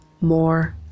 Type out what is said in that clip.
more